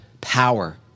power